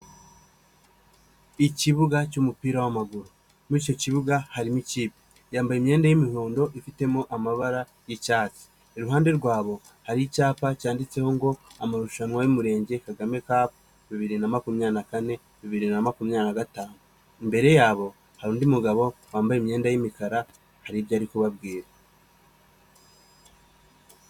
Ikibuga cy'umupira w'amaguru. Muri icyo kibuga harimo ikipe yambaye imyenda y'umuhondo ifitemo amabara y'icyatsi. Iruhande rwabo hari icyapa cyanditseho ngo amarushanwa y'Umurenge Kagame Cup, bibiri na makumyabiri na kane-bibiri na makumyabiri na gatanu. Imbere yabo hari undi mugabo wambaye imyenda y'imikara hari ibyo ari kubabwira.